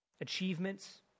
achievements